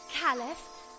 caliph